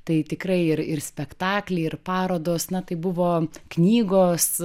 tai tikrai ir ir spektakliai ir parodos na tai buvo knygos